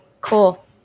Cool